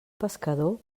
pescador